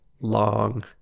long